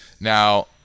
Now